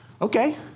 okay